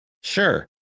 Sure